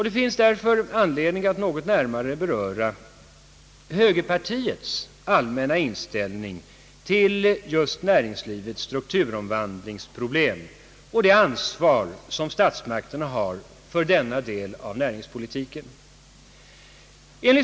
Det finns därför anledning att något närmare beröra högerpartiets allmänna inställning till just näringslivets strukturomvandlingsproblem och det ansvar som statsmakterna har för denna del av näringspolitiken.